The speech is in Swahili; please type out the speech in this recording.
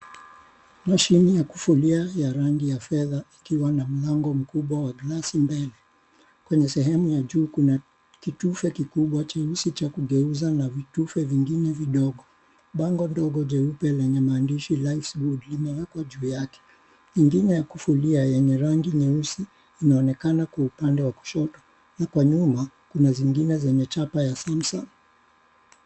Mashini ya kufulia ya rangi ya fedha ikiwa na mlango mkubwa wa glasi mbele. Kwenye sehemu ya juu kuna kitufe kikubwa cha kugeuza na vitufe vingine vidogo. Bango ndogo jeupe lenye maandishi 'life's good' imewekwa juu yake, ingine ya kufulia yenye rangi nyeusi inaonekana kwa upande wa kushoto, na kwa nyuma Kuna zingine za chapa ya Samsung.